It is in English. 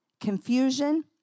confusion